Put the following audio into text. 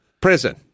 prison